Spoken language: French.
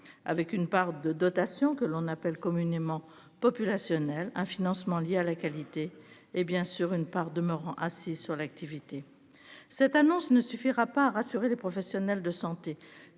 avec une part de dotation que l'on appelle communément populationnelle un financement lié à la qualité et bien sûr une part demeurant assis sur l'activité. Cette annonce ne suffira pas à rassurer les professionnels de santé.